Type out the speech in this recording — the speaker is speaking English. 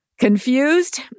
Confused